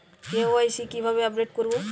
KYC কিভাবে update করব?